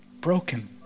Broken